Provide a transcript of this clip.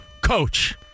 coach